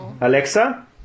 Alexa